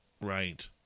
Right